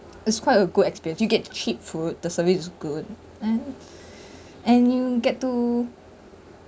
it's quite a good experience you get cheap food the service is good and and get to